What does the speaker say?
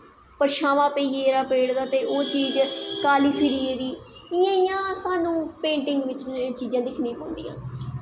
परछामां पेई गेदा ऐ पेड़ दा ते ओह् चीज़ काली पेई गेदी ऐ इयां इयैां पोेंटिंग बिच्च स्हानू चीजां दिक्खनें पौंदियां